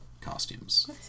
costumes